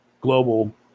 global